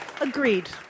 Agreed